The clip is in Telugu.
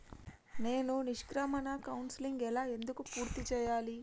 నేను నిష్క్రమణ కౌన్సెలింగ్ ఎలా ఎందుకు పూర్తి చేయాలి?